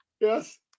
Yes